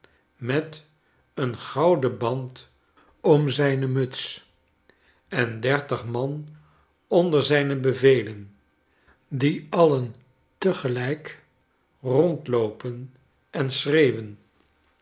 met een gouden band om zijne muts en dertig man onder zijne bevelen die alien tegelijk rondloopen en schreeuwen